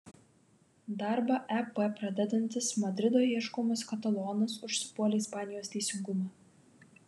darbą ep pradedantis madrido ieškomas katalonas užsipuolė ispanijos teisingumą